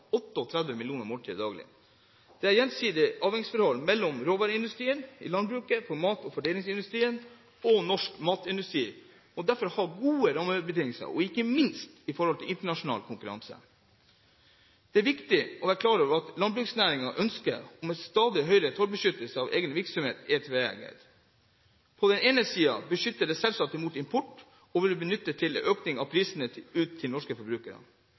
38 millioner måltider daglig. Det er et gjensidig avhengighetsforhold mellom råvareproduksjonen i landbruket for mat og foredlingsindustrien, og norsk matindustri må derfor ha gode rammebetingelser, ikke minst i forhold til internasjonal konkurranse. Det er viktig å være klar over at landbruksnæringens ønsker om stadig høyere tollbeskyttelse av egen virksomhet er tveegget. På den ene siden beskytter det selvsagt mot import og vil bli benyttet til økning av prisene ut til norske forbrukere,